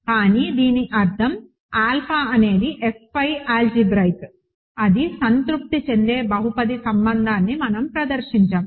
కానీ దీనర్థం ఆల్ఫా అనేది F పై ఆల్జీబ్రాయిక్ అది సంతృప్తి చెందే బహుపది సంబంధాన్ని మనం ప్రదర్శించాము